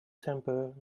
temper